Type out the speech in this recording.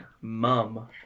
Mum